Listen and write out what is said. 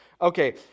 okay